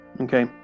Okay